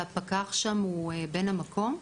והפקח שם הוא בן המקום?